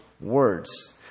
words